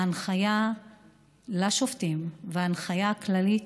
ההנחיה לשופטים וההנחיה הכללית,